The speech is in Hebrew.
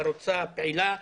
חרוצה ופעילה.